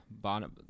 bottom